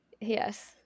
Yes